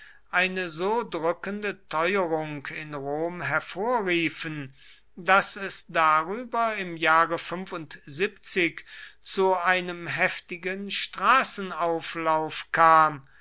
eine so drückende teuerung in rom hervorriefen daß es darüber im jahre zu einem heftigen straßenauflauf kam